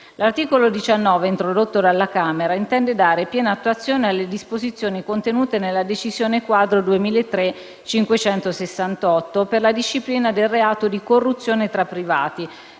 L'articolo 19 introdotto dalla Camera intende dare piena attuazione alle disposizioni contenute nella decisione quadro del 2003, n. 568, GAI per la disciplina del reato di corruzione tra privati,